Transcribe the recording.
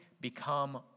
become